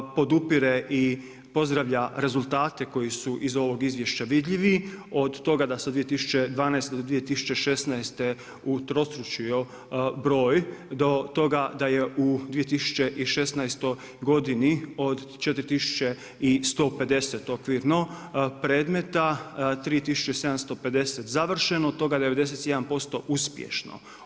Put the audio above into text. Podupire i pozdravlja rezultate koji su iz ovog izvješća vidljivi, od toga da se u 2012.-2016. utrostručio broj do toga da je u 2016. godini, od 4150 okvirno, predmeta 3750 završeno, od toga 91% uspješno.